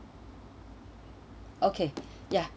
okay ya